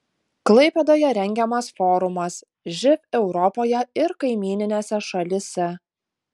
klaipėdoje rengiamas forumas živ europoje ir kaimyninėse šalyse